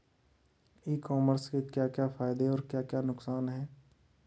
ई commerce के क्या क्या फायदे और क्या क्या नुकसान है?